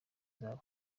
zabo